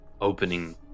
opening